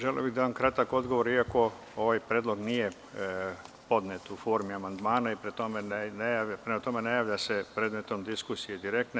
Želeo bih da dam kratak odgovor, iako ovaj predlog nije podnet u formi amandmana i prema tome ne javlja se predmetom diskusije direktne.